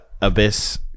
abyss